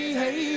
hey